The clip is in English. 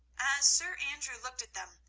as sir andrew looked at them,